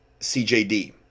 CJD